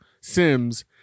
Sims